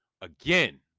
again